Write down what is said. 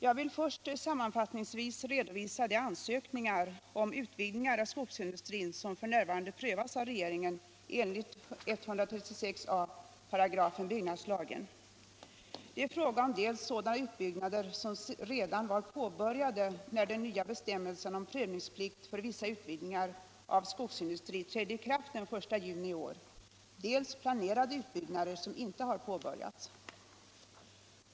Jag vill först sammanfattningsvis redovisa de ansökningar om utvidgningar av skogsindustrin som f.n. prövas av regeringen enligt 136 a § byggnadslagen. Det är fråga om dels sådana utbyggnader som redan var påbörjade när de nya bestämmelserna om prövningsplikt för vissa utvidgningar av skogsindustri trädde i kraft den 1 juni i år, dels planerade utbyggnader som inte har påbörjats.